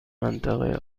منطقه